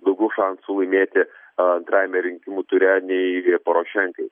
daugiau šansų laimėti antrajame rinkimų ture nei porošenkai